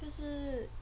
那个是